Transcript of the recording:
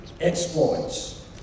exploits